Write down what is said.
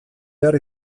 behar